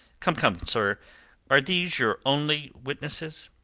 come, come, sir are these your only witnesses?